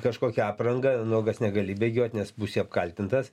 kažkokią aprangą nuogas negali bėgiot nes būsi apkaltintas